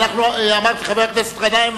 חבר הכנסת גנאים,